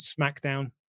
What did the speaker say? SmackDown